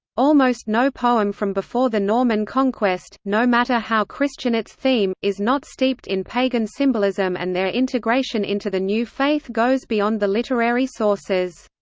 almost no poem from before the norman conquest, no matter how christian its theme, is not steeped in pagan symbolism and their integration into the new faith goes beyond the literary sources.